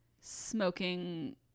smoking